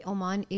Oman